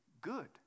good